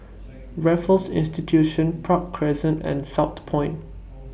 Raffles Institution Park Crescent and Southpoint